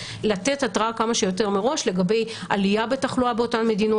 לתת התרעה כמה שיותר מראש לגבי עלייה בתחלואה באותן מדינות.